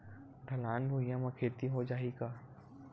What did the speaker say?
ढलान भुइयां म खेती हो जाही का?